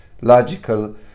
logical